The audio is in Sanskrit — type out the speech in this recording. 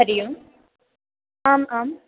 हरिः ओम् आम् आम्